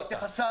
לא אתה.